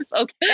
Okay